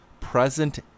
present